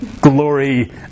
glory